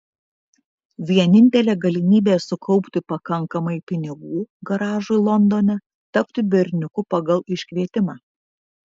vienintelė galimybė sukaupti pakankamai pinigų garažui londone tapti berniuku pagal iškvietimą